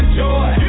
joy